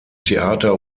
theater